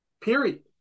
period